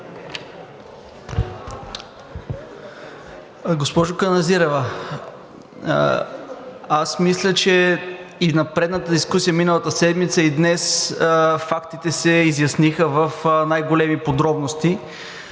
Госпожо Каназирева, аз мисля, че и на предната дискусия миналата седмица, и днес фактите се изясниха в най-големи подробности,